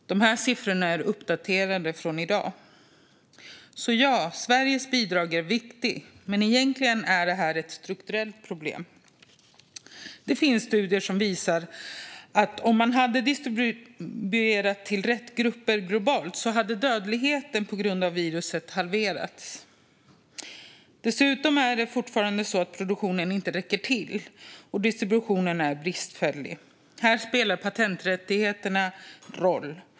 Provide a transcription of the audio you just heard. De här siffrorna har uppdaterats i dag. Ja, Sveriges bidrag är viktigt. Men egentligen är det här ett strukturellt problem. Det finns studier som visar att om man hade distribuerat till rätt grupper globalt hade dödligheten på grund av viruset halverats. Dessutom är det fortfarande så att produktionen inte räcker till och distributionen är bristfällig. Här spelar patenträttigheterna roll.